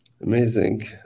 Amazing